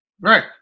Right